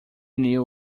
knew